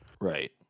Right